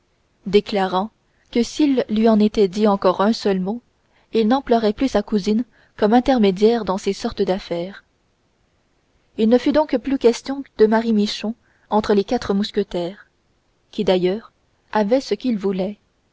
déclarant que s'il lui en était dit encore un seul mot il n'emploierait plus sa cousine comme intermédiaire dans ces sortes d'affaires il ne fut donc plus question de marie michon entre les quatre mousquetaires qui d'ailleurs avaient ce qu'ils voulaient